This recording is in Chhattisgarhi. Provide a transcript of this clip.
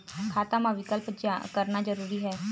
खाता मा विकल्प करना जरूरी है?